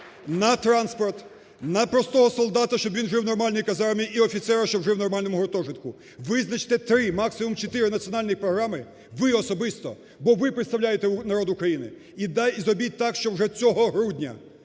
на транспорт, на простого солдата, щоб він жив в нормальній казармі, і офіцера, щоб жив в нормальному гуртожитку. Визначне три, максимум чотири, національні програми, ви особисто, бо ви представляєте народ України. І зробіть так, щоб вже цього грудня